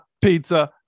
Pizza